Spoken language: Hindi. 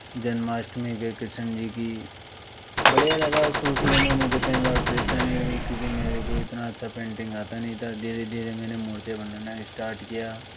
जन्माष्टमी पर कृष्ण जी की बढ़िया लगा शुरू शुरू में मुझे कईं बार परेशानी हुई क्योंकि मेरे को इतना अच्छा पेंटिंग आता नहीं था धीरे धीरे मैंने मूर्तियाँ बनाना इस्टार्ट किया